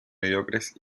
mediocres